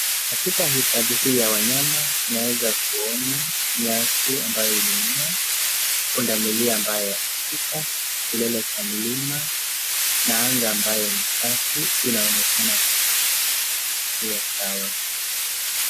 Katika hifadhi hii ya wanyama, tunaweza kuona nyasi ambayo imemea, pundamilia ambaye anapita, kilele cha mlima, na anga ambayo ni safi. Inaonekana ikiwa sawa.